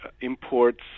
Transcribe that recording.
imports